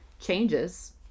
changes